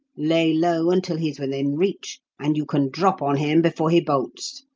lay low until he's within reach, and you can drop on him before he bolts.